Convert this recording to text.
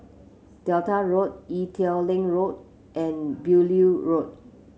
Delta Road Ee Teow Leng Road and Beaulieu Road